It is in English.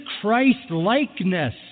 Christ-likeness